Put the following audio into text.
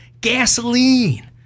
gasoline